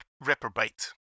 reprobate